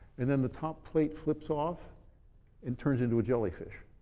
and then the top plate flips off and turns into a jellyfish.